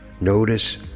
Notice